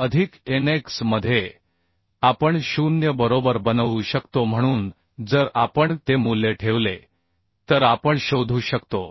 anb अधिक nx मध्ये आपण शून्य बरोबर बनवू शकतो म्हणून जर आपण ते मूल्य ठेवले तर आपण शोधू शकतो